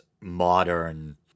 modern